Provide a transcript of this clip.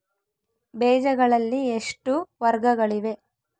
ಬೇಜಗಳಲ್ಲಿ ಎಷ್ಟು ವರ್ಗಗಳಿವೆ?